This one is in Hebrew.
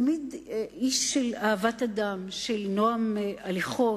תמיד איש של אהבת אדם, של נועם הליכות.